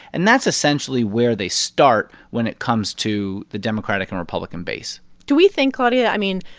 and that's, essentially, where they start when it comes to the democratic and republican base do we think, claudia i mean,